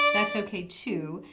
that's okay too,